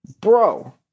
bro